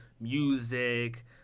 music